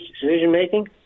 decision-making